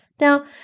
Now